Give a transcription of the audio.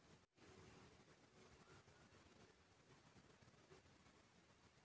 जमुनापारी नसल के छेरी बोकरा के कान ह बनेचपन लाम होथे